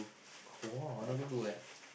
!wow! no Honolulu leh